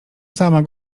sama